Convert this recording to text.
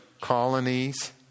colonies